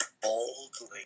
boldly